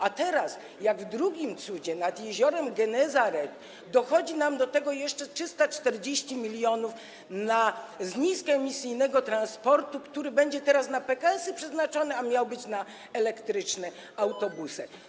A teraz, jak w drugim cudzie nad jeziorem Genezaret, dochodzi nam do tego jeszcze 340 mln z niskoemisyjnego transportu, który będzie teraz na pekaesy przeznaczony, a miał być na elektryczne autobusy.